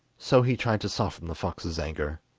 so he tried to soften the fox's anger,